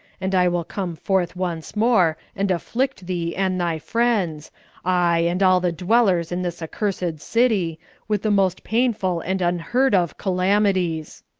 and i will come forth once more, and afflict thee and thy friends ay, and all the dwellers in this accursed city with the most painful and unheard-of calamities.